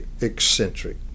eccentric